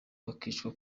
bakicwa